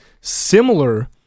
similar